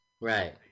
Right